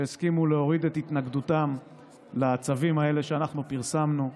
שהסכימו להוריד את התנגדותם לצווים האלה שאנחנו פרסמנו,